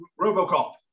RoboCop